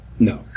No